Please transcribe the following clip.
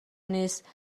نیست